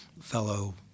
fellow